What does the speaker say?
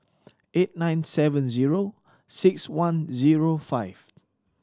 eight nine seven zero six one zero five